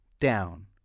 down